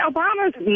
Obama's